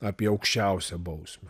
apie aukščiausią bausmę